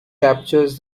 captures